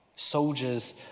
Soldiers